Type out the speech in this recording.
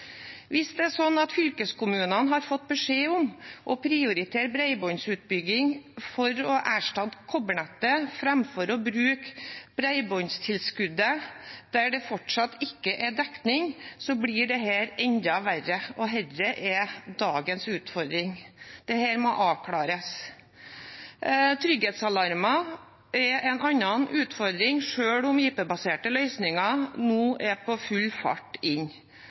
Hvis det er slik at fylkeskommunene har fått beskjed om å prioritere bredbåndsutbygging for å erstatte kobbernettet framfor å bruke bredbåndstilskuddet der det fortsatt ikke er dekning, blir dette enda verre, og dette er dagens utfordring. Dette må avklares. Trygghetsalarmer er en annen utfordring, selv om IP-baserte løsninger nå er på full fart inn.